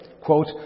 quote